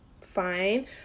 Fine